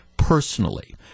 Personally